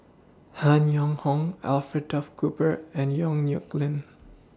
Han Yong Hong Alfred Duff Cooper and Yong Nyuk Lin